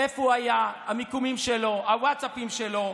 איפה הוא היה, המיקומים שלו, הווטסאפים שלו,